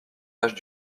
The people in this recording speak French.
pages